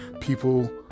people